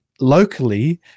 locally